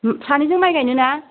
सानैजों माइ गायनो ना